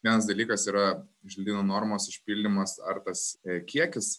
vienas dalykas yra želdynų normos išpildymas ar tas e kiekis